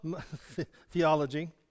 theology